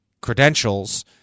credentials